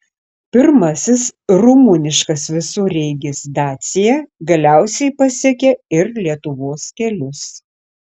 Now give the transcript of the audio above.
pirmasis rumuniškas visureigis dacia galiausiai pasiekė ir lietuvos kelius